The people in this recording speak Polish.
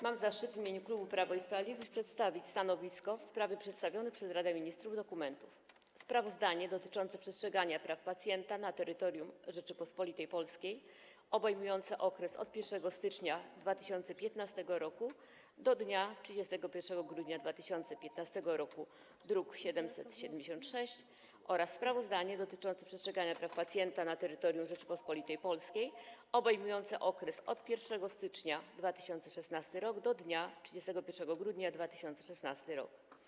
Mam zaszczyt w imieniu klubu Prawo i Sprawiedliwość przedstawić stanowisko w sprawie przedstawionych przez Radę Ministrów dokumentów: „Sprawozdanie dotyczące przestrzegania praw pacjenta na terytorium Rzeczypospolitej Polskiej, obejmujące okres od dnia 1 stycznia 2015 r. do dnia 31 grudnia 2015 r.” - druk nr 776 - oraz „Sprawozdanie dotyczące przestrzegania praw pacjenta na terytorium Rzeczypospolitej Polskiej, obejmujące okres od dnia 1 stycznia 2016 r. do dnia 31 grudnia 2016 r.